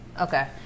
Okay